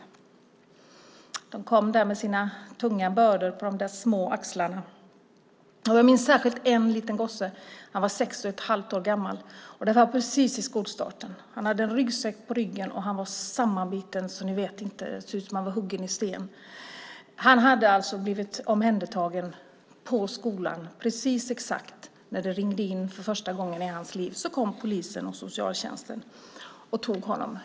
De kom där med sina tunga bördor på de små axlarna. Jag minns särskilt en liten gosse. Han var sex och ett halvt år gammal. Det var precis vid skolstarten. Han hade en ryggsäck på ryggen, och han var så sammanbiten att det såg ut som om han var huggen i sten. Han hade blivit omhändertagen på skolan. Precis när det ringde in för första gången i hans liv kom polisen och socialtjänsten och tog honom.